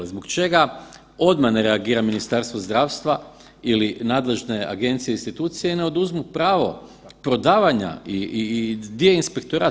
Zbog čega odmah ne reagira Ministarstvo zdravstva ili nadležne agencije i institucije i ne oduzmu pravo prodavanja i gdje je inspektorat?